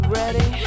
ready